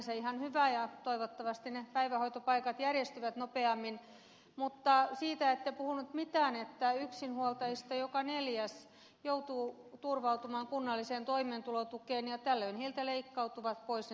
sinänsä ihan hyvä ja toivottavasti ne päivähoitopaikat järjestyvät nopeammin mutta siitä ette puhunut mitään että yksinhuoltajista joka neljäs joutuu turvautumaan kunnalliseen toimeentulotukeen ja tällöin heiltä leikkautuvat pois ne lapsilisät